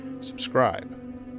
subscribe